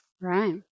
Right